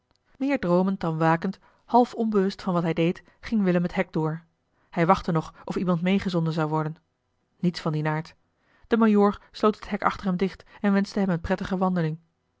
meer droomend dan wakend half onbewust van wat hij deed ging willem het hek door hij wachtte nog of iemand mee gezonden zou worden niets van dien aard de majoor sloot het hek achter hem dicht en wenschte hem eene prettige wandeling